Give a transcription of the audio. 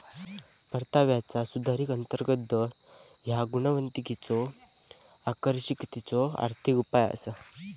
परताव्याचा सुधारित अंतर्गत दर ह्या गुंतवणुकीच्यो आकर्षकतेचो आर्थिक उपाय असा